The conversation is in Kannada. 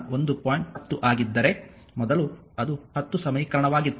10 ಆಗಿದ್ದರೆ ಮೊದಲು ಅದು 10 ಸಮೀಕರಣವಾಗಿತ್ತು